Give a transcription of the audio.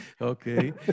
Okay